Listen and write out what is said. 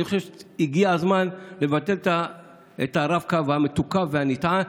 אני חושב שהגיע הזמן לבטל את הרב-קו המתוקף והנטען,